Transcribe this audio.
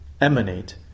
emanate